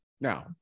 now